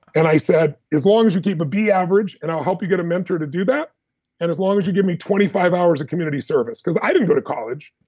and i said, as long as you keep the b average and i'll help you get a mentor to do that, and as long as you give me twenty five hours of community service. because i didn't go to college,